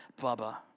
Bubba